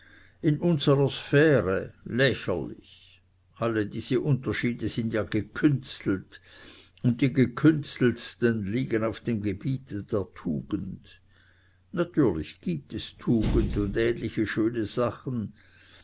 in unsrer sphäre lächerlich alle diese unterschiede sind ja gekünstelt und die gekünsteltsten liegen auf dem gebiete der tugend natürlich gibt es tugend und ähnliche schöne sachen